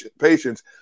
patience